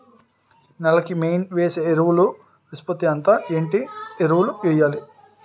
నేల కి మెయిన్ వేసే ఎరువులు నిష్పత్తి ఎంత? ఏంటి ఎరువుల వేయాలి?